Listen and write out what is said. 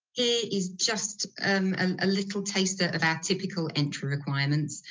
is just a little taste ah of our typical entry requirements.